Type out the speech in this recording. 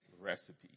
recipe